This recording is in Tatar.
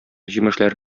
җимешләр